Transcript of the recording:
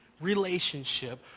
relationship